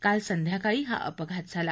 काल संध्याकाळी हा अपघात झाला